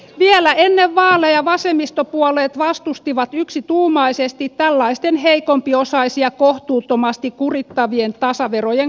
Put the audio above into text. vielä ennen vaaleja vasemmistopuolueet vastustivat yksituumaisesti tällaisten heikompiosaisia kohtuuttomasti kurittavien tasaverojen korottamisia